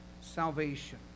salvation